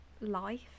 life